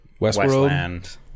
Westworld